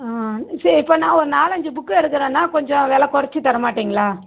ஆ சேரி இப்போ நான் ஒரு நாலஞ்சு புக்கு எடுக்குறேன்னா கொஞ்சம் வில குறச்சி தரமாட்டீங்களா